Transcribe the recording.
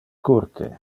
curte